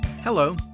hello